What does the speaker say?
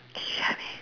can you hear me